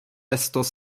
estos